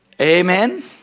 Amen